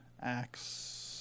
Acts